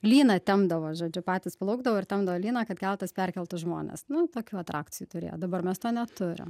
lyną tempdavo žodžiu patys plaukdavo ir tempdavo lyną kad keltas perkeltų žmones nu tokių atrakcijų turėjo dabar mes to neturim